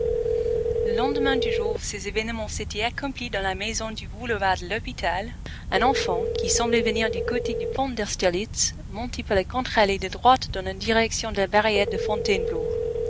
le lendemain du jour où ces événements s'étaient accomplis dans la maison du boulevard de l'hôpital un enfant qui semblait venir du côté du pont d'austerlitz montait par la contre-allée de droite dans la direction de la barrière de fontainebleau